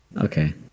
Okay